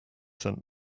sent